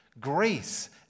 Grace